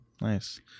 Nice